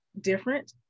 different